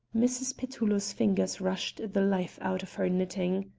mrs. petullo's fingers rushed the life out of her knitting.